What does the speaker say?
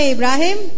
Abraham